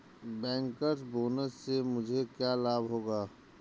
Bankers bonus से मुझे क्या लाभ होगा?